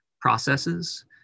processes